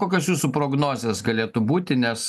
kokios jūsų prognozės galėtų būti nes